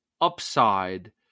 upside